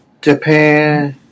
Japan